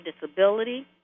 disability